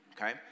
Okay